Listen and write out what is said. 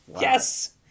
Yes